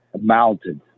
mounted